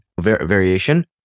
variation